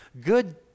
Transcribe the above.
good